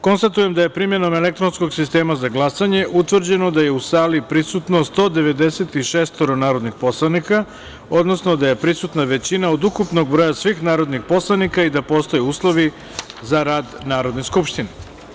Konstatujem da je primenom elektronskog sistema za glasanje, utvrđeno da je u sali prisutno 196 narodnih poslanika, odnosno da je prisutna većina od ukupnog broja svih narodnih poslanika i da postoje uslovi za rad Narodne skupštine.